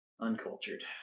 Uncultured